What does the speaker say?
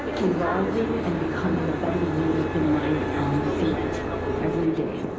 but evolving and becoming a better leader in my field every day.